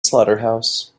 slaughterhouse